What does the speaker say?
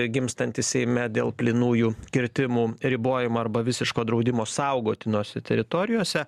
gimstanti seime dėl plynųjų kirtimų ribojimo arba visiško draudimo saugotinose teritorijose